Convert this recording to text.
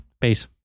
Peace